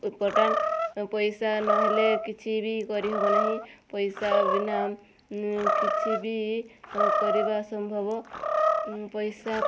important ପଇସା ନହେଲେ କିଛି ବି କରିହେବ ନାହିଁ ପଇସା ବିନା କିଛି ବି କରିବା ଅସମ୍ଭବ ପଇସା